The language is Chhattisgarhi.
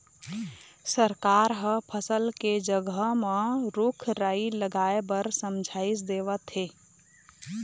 सरकार ह फसल के जघा म रूख राई लगाए बर समझाइस देवत हे